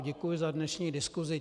Děkuji za dnešní diskusi.